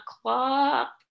o'clock